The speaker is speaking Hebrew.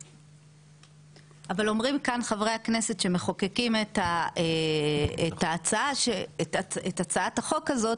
אומרים חברי הכנסת שמחוקקים את הצעת החוק הזאת